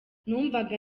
numvaga